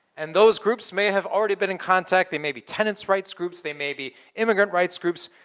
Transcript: and those groups may have already been in contact. they may be tenants rights groups, they may be immigrant rights groups.